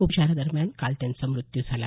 उपचारादरम्यान काल त्यांचा मृत्यू झाला